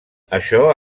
això